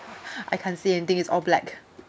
I can't see anything is all black